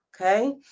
Okay